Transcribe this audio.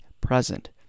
present